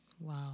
Wow